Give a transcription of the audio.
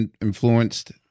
influenced